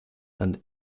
and